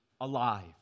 alive